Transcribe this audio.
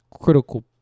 critical